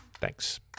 thanks